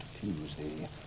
Tuesday